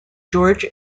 george